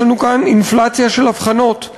יש לנו כאן אינפלציה של אבחנות,